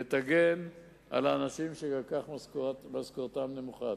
ותגן על האנשים שגם כך משכורתם נמוכה.